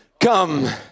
come